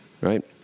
right